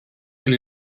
and